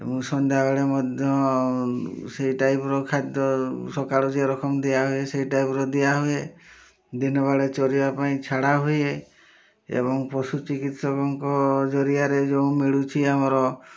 ଏବଂ ସନ୍ଧ୍ୟାବେଳେ ମଧ୍ୟ ସେଇ ବିଏସ୍ଙ୍କ ଟାଇପ୍ର ଖାଦ୍ୟ ସକାଳୁ ଯେଉଁ ରକମ ଦିଆହୁଏ ସେଇ ବିଏସ୍ଙ୍କ ଟାଇପ୍ର ଦିଆହୁଏ ଦିନବେଳେ ଚରିବା ପାଇଁ ଛଡ଼ା ହୁଏ ଏବଂ ପଶୁ ଚିକିତ୍ସକଙ୍କ ଜରିଆରେ ଯେଉଁ ମିଳୁଛି ଆମର